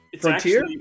Frontier